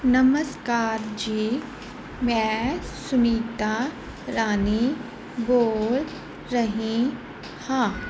ਨਮਸਕਾਰ ਜੀ ਮੈਂ ਸੁਨੀਤਾ ਰਾਣੀ ਬੋਲ ਰਹੀ ਹਾਂ